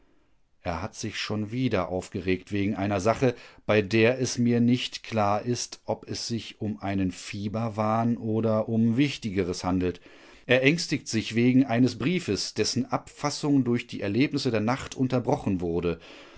er hat sich schon wieder aufgeregt wegen einer sache bei der es mir nicht klar ist ob es sich um einen fieberwahn oder um wichtigeres handelt er ängstigt sich wegen eines briefes dessen abfassung durch die erlebnisse der nacht unterbrochen wurde